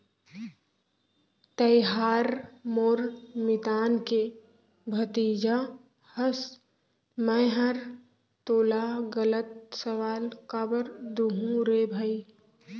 तैंहर मोर मितान के भतीजा हस मैंहर तोला गलत सलाव काबर दुहूँ रे भई